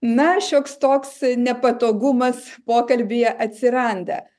na šioks toks nepatogumas pokalbyje atsiranda